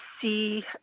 see